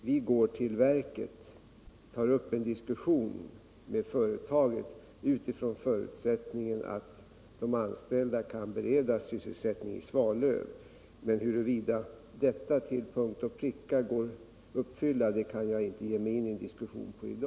Vi tar upp en diskussion med företaget utifrån förutsättningen att de anställda kan beredas sysselsättning i Svalöv, men huruvida detta önskemål till punkt och pricka går att uppfylla kan jag i dag inte diskutera.